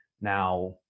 now